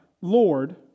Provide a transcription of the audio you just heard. Lord